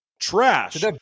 trash